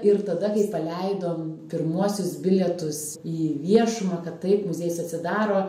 ir tada kai paleidom pirmuosius bilietus į viešumą kad taip muziejus atsidaro